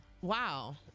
wow